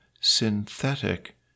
synthetic